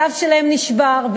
הגב שלהן נשבר,